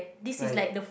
like